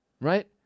right